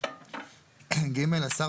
השר,